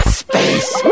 space